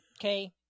Okay